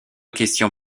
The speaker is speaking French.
question